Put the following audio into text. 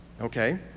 Okay